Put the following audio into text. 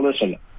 listen